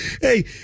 Hey